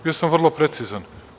Bio sam vrlo precizan.